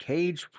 Cage